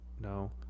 no